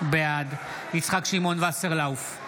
בעד יצחק שמעון וסרלאוף,